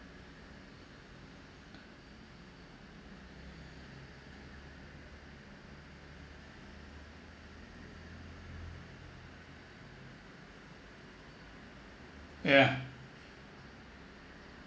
yeah